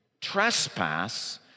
Trespass